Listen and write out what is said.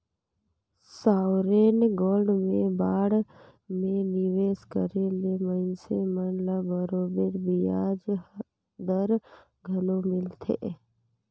sovereign gold में bond में निवेस करे ले मइनसे मन ल बरोबेर बियाज दर घलो मिलथे